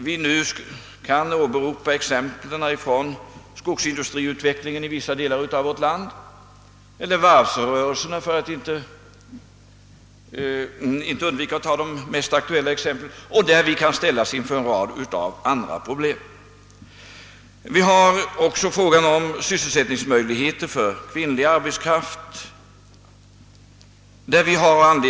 Vi kan åberopa exemplen från skogsindustriutvecklingen i vissa delar av vårt land — eller från varvsrörelsen, för att inte undvika att ta det mest aktuella exemplet, där vi kan ställas inför en rad olika problem. Vi har t.ex. frågan om sysselsättningsmöjligheterna för kvinnlig arbetskraft.